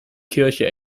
kirche